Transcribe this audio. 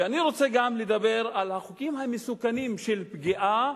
אני רוצה לדבר גם על החוקים המסוכנים של פגיעה